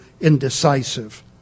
indecisive